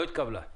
עמדתה לא התקבלה.